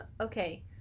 okay